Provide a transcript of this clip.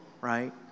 right